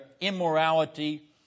immorality